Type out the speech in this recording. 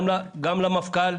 גם למפכ"ל,